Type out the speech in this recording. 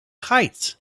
heights